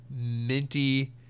minty